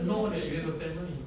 you don't have kids